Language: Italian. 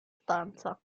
stanza